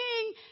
king